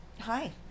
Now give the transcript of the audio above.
Hi